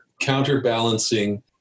counterbalancing